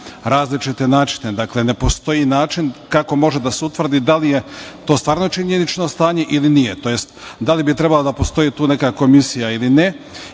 različite načine. Dakle, ne postoji način kako može da se utvrdi da li je to stvarno činjenično stanje ili nije tj. da li bi trebala da postoji tu neka komisija ili ne